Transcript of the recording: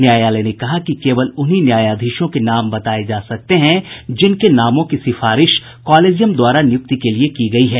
न्यायालय ने कहा कि केवल उन्हीं न्यायाधीशों के नाम बताये जा सकते हैं जिनके नामों की सिफारिश कॉलेजियम द्वारा नियुक्ति के लिए की गई है